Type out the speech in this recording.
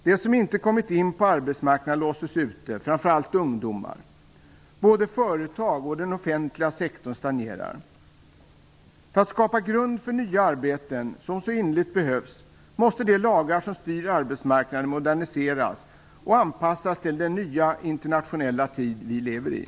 De som inte har kommit in på arbetsmarknaden låses ute, framför allt ungdomar. Både företag och den offentliga sektorn stagnerar. För att skapa grund för nya arbeten, som så innerligt behövs, måste de lagar som styr arbetsmarknaden moderniseras och anpassas till den nya internationella tid som vi lever i.